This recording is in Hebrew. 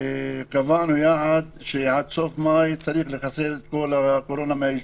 קבענו יחד שעד סוף מאי צריך לחסל את כל הקורונה מהיישוב.